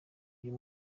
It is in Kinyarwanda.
uyu